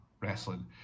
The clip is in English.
wrestling